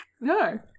no